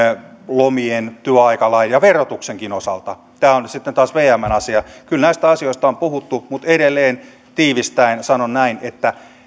lomien työaikalain ja verotuksenkin osalta tämä on sitten taas vmn asia kyllä näistä asioista on puhuttu mutta edelleen tiivistäen sanon näin että